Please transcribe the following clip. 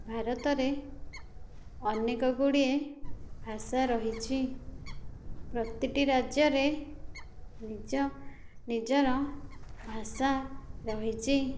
ଭାରତରେ ଅନେକ ଗୁଡ଼ିଏ ଭାଷା ରହିଛି ପ୍ରତିଟି ରାଜ୍ୟରେ ନିଜ ନିଜର ଭାଷା ରହିଛି